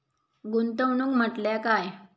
गुंतवणूक म्हटल्या काय?